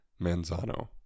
Manzano